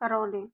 Karauli